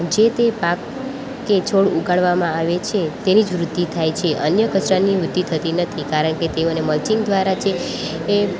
જે તે પાક કે છોડ ઉગાડવામાં આવે છે તેની જ વૃદ્ધિ થાય છે અને કચરાની વૃદ્ધિ થતી નથી કારણ કે તેઓને મર્ચિન્ગ દ્વારા જે